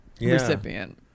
recipient